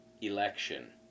election